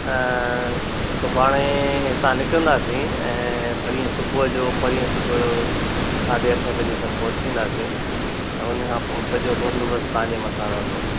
सुभाणे हितां निकरंदासीं ऐं परीहं सुबुह जो परीहं सुबुह जो साढे अठे बजे खनु पहुची वेंदासीं उनखां पोइ सॼो बंदोबस्तु तव्हां जे मथां रहंदो